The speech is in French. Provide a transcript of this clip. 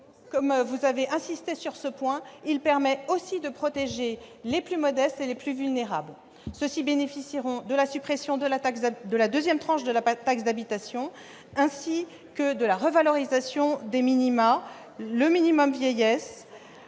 comme vous avez insisté sur ce point, qu'il permet aussi de protéger les plus modestes et les plus vulnérables, qui bénéficieront de la suppression de la deuxième tranche de la taxe d'habitation, ainsi que de la revalorisation du minimum vieillesse